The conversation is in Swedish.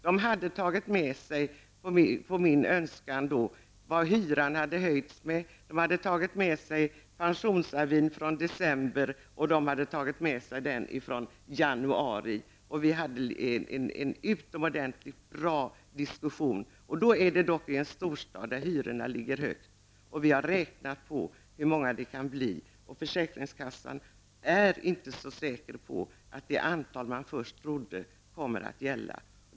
Pensionärerna hade på min önskan tagit med sig uppgifter på hur mycket hyran hade höjts, pensionsavin från december och januari. Vi hade en utomordentlig bra diskussion. Det var pensionärer i storstadsområden där hyrorna ligger högt. Vi räknade på hur många det kan bli som måste få höjt bostadstillägg. Försäkringskassan är inte så säker på att det blir så stort antal som man först trodde.